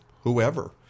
whoever